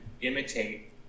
imitate